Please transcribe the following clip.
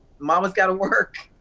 momma's gotta work.